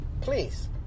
please